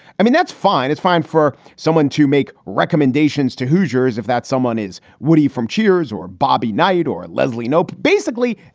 i mean, that's fine. it's fine for someone to make recommendations to hoosiers if that someone is woody from cheers or bobby knight or leslie knope. basically,